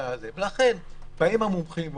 לכן באים המומחים ואומרים: